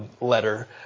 letter